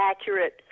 accurate